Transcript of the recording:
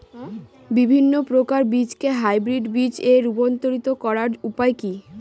বিভিন্ন প্রকার বীজকে হাইব্রিড বীজ এ রূপান্তরিত করার উপায় কি?